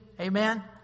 Amen